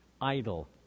idle